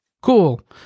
Cool